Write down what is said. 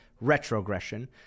Retrogression